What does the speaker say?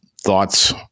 thoughts